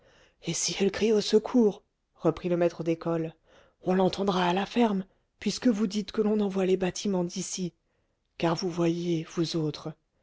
et si elle crie au secours reprit le maître d'école on l'entendra à la ferme puisque vous dites que l'on en voit les bâtiments d'ici car vous voyez vous autres